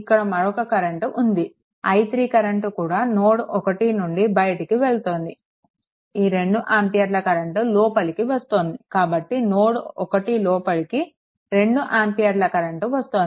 ఇక్కడ మరొక కరెంట్ ఉంది i3 కరెంట్ కూడా నోడ్1 నుండి బయటికి వెళ్తోంది ఈ 2 ఆంపియర్ల కరెంట్ లోపలికి వస్తోంది కాబట్టి నోడ్1లోకి 2 ఆంపియర్ల కరెంట్ వస్తోంది